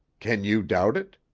can you doubt it?